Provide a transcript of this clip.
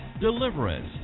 Deliverance